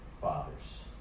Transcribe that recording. fathers